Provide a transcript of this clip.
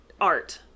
art